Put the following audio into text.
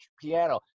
piano